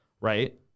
Right